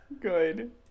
Good